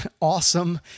awesome